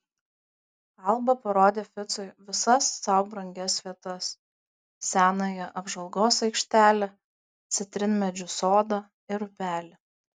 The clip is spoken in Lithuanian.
alba parodė ficui visas sau brangias vietas senąją apžvalgos aikštelę citrinmedžių sodą ir upelį